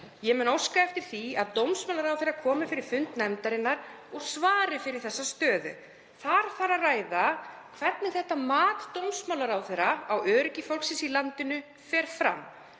Ég mun óska eftir því að dómsmálaráðherra komi fyrir fund nefndarinnar og svari fyrir þessa stöðu. Þar þarf að ræða hvernig þetta mat dómsmálaráðherra á öryggi fólksins í landinu fer fram.